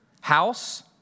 house